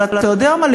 אבל אתה יודע מה,